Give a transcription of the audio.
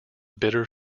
bitter